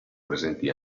presenti